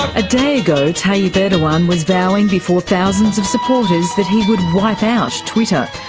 a day ago, tayyip erdogan was vowing before thousands of supporters that he would wipe out twitter.